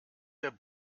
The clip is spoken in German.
der